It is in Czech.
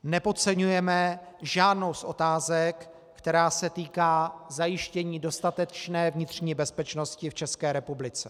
Nepodceňujeme žádnou z otázek, která se týká zajištění dostatečné vnitřní bezpečnosti v České republice.